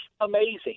amazing